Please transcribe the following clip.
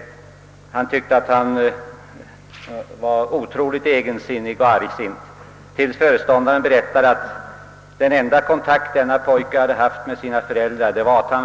Re portern tyckte att pojken var ytterst egensinnig och argsint — tills föreståndaren berättade att den enda kontakt denne pojke haft med sina föräldrar var att han